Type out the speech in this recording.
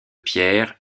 pierre